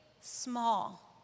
small